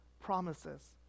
promises